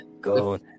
go